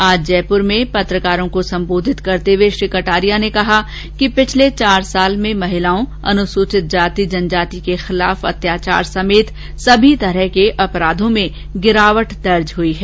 आज जयपुर में एक पत्रकार वार्ता को सम्बोधित करते हुए श्री कटारिया ने कहा कि पिछले चार साल में महिलाओं अनुसूचित जाति अनुसूचित जनजाति के खिलाफ अत्याचार समेत सभी तरह के अपराधों में गिरावट दर्ज हुई है